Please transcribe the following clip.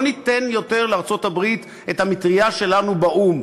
לא ניתן יותר לארצות-הברית את המטרייה שלנו באו"ם.